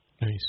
Nice